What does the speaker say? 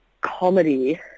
comedy